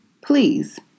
please